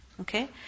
Okay